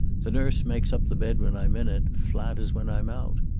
the nurse makes up the bed when i'm in it, flat as when i'm out.